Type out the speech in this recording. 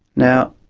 now,